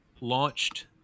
launched